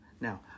Now